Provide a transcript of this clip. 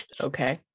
okay